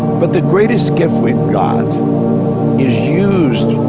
but the greatest gift we've got is used